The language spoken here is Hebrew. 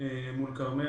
מול כרמל.